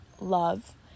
love